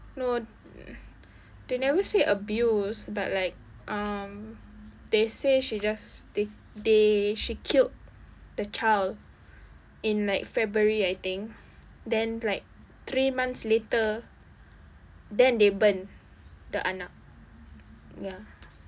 no they never say abuse but like um they say she just the~ they she killed the child in like february I think then like three months later then they burn the anak ya